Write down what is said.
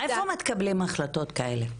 איפה מתקבלות החלטות כאלה?